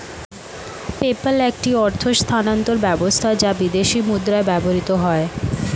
PayPal একটি অর্থ স্থানান্তর ব্যবস্থা যা বিদেশী মুদ্রায় ব্যবহৃত হয়